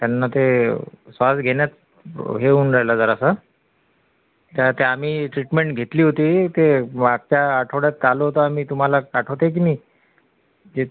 त्यांना ते श्वास घेण्यात ब हे होऊन राहिलं जरासं त्या त्या आम्ही ट्रीटमेंट घेतली होती ते मागच्या आठवड्यात आलो होतो आम्ही तुम्हाला आठवत आहे की नाही ते